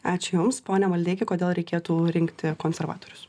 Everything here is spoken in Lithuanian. ačiū jums pone maldeiki kodėl reikėtų rinkti konservatorius